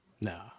No